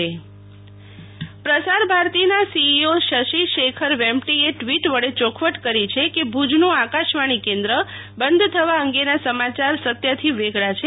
શીતલ વૈશ્વવ પ્રસાર ભારતીના સીઈઓ શશી શેખર વેમ્પટીએ ટ્વિટ વડે ચોખવટ કરી છે કે ભુજનું આકાશવાણી કેન્દ્ર બંધ થવા અંગેના સમાચાર સત્યથી વેગળા છે